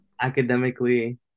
Academically